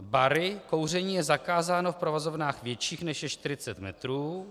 Bary kouření je zakázáno v provozovnách větších, než je čtyřicet metrů.